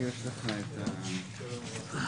לתקנות העיקריות - (1)